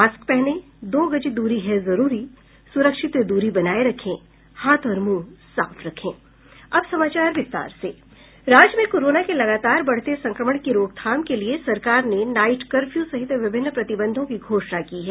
mask पहनें दो गज दूरी है जरूरी सुरक्षित दूरी बनाये रखें हाथ और मुंह साफ रखें अब समाचार विस्तार से राज्य में कोरोना के लगातार बढ़ते संक्रमण की रोकथाम के लिए सरकार ने नाईट कर्फ्यू सहित विभिन्न प्रतिबंधों की घोषणा की है